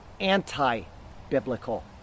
anti-biblical